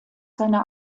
seine